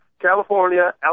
California